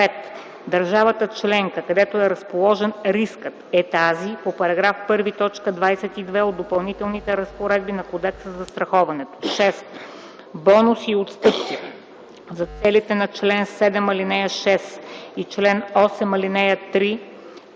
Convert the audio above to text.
„Държавата членка, където е разположен рискът” е тази по § 1, т. 22 от Допълнителните разпоредби на Кодекса за застраховането. 6. „Бонуси и отстъпки” за целите на чл. 7, ал. 6